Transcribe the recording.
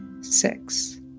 six